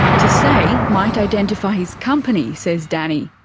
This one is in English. to say might identify his company, says danny,